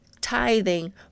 tithing